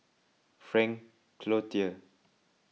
Frank Cloutier